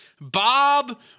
Bob